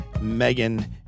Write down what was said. Megan